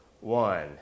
one